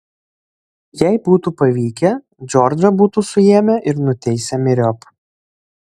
jei būtų pavykę džordžą būtų suėmę ir nuteisę myriop